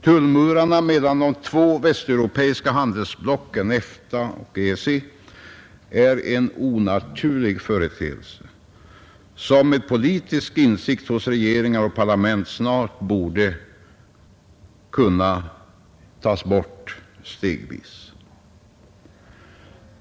Tullmurarna mellan de två västeuropeiska handelsblocken EFTA och EEC är en onaturlig företeelse som med politisk insikt hos regeringar och parlament snart borde kunna tas bort stegvis.